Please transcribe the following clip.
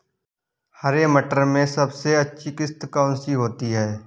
हरे मटर में सबसे अच्छी किश्त कौन सी होती है?